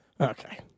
Okay